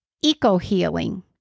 eco-healing